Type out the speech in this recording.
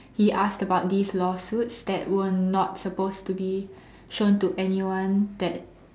he asked about these lawsuits that were not supposed to be shown to anyone that